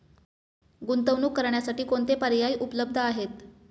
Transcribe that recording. गुंतवणूक करण्यासाठी कोणते पर्याय उपलब्ध आहेत?